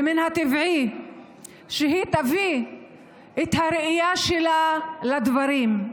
ואך טבעי שהיא תביא את הראייה שלה לדברים.